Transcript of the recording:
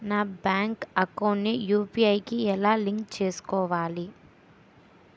నా bank account ని UPI కి ఎలా లింక్ చేసుకోవాలి?